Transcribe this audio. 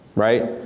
right?